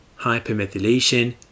Hypermethylation